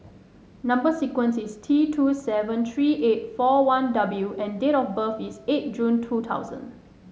number sequence is T two seven three eight four one W and date of birth is eight June two thousand